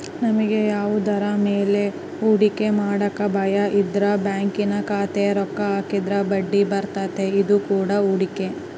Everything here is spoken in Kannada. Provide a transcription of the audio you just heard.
ನಮಗೆ ಯಾವುದರ ಮೇಲೆ ಹೂಡಿಕೆ ಮಾಡಕ ಭಯಯಿದ್ರ ಬ್ಯಾಂಕಿನ ಖಾತೆಗೆ ರೊಕ್ಕ ಹಾಕಿದ್ರ ಬಡ್ಡಿಬರ್ತತೆ, ಇದು ಕೂಡ ಹೂಡಿಕೆ